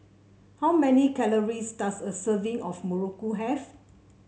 how many calories does a serving of muruku have